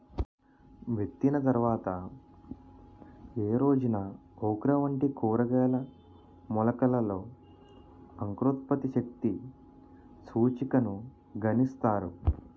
విత్తిన తర్వాత ఏ రోజున ఓక్రా వంటి కూరగాయల మొలకలలో అంకురోత్పత్తి శక్తి సూచికను గణిస్తారు?